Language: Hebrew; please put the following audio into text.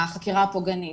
החקירה הפוגענית.